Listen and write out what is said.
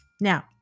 Now